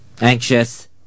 Anxious